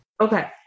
Okay